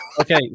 okay